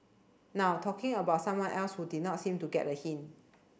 now talking about someone else who did not seem to get a hint